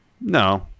no